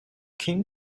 came